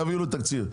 תביאו לי תקציב.